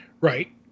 Right